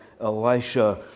Elisha